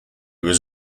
was